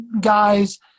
guys